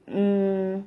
mm